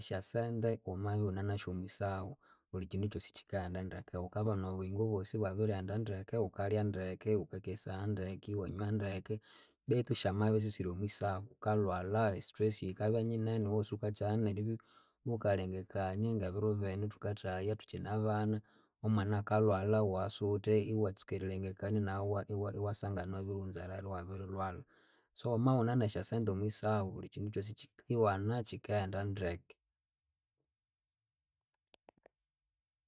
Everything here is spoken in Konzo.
Esyasente wamawunenasyu omwisahu buli kyindu kyosi kyikaghenda ndeke, wukabana obuyingo bwosi ibwabirighenda ndeke. Wukalya ndeke, wukakesaya ndeke iwanywa ndeke. Betu syamabya isisiri omwisahu wukalwalha, e stress yikabya nyinene, iwowosi wukakyama neribya wukalengekania, ngebiro binu thukathahaya ithukyine bana. Omwana akalwalha iwasiwuthe iwatsuka erirengekania nawu iwasangana iwabiriwunzerera iwabirilwalha. So wamabya iwune nesyasente omwisahu bulikyindu kyosi kyikiwana, kyikaghenda ndeke